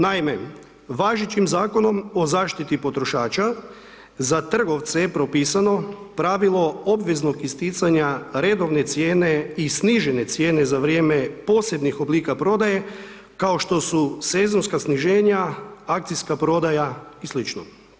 Naime, važećim Zakonom o zaštiti potrošača, za trgovce je propisano, pravilo obveznog isticanja redovne cijene i snižene cijene za vrijeme posebnih oblika prodaje, kao što su sezonska sniženja, akcijska prodaja i slično.